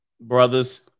Brothers